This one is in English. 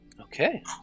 Okay